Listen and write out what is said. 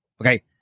okay